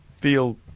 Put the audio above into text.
feel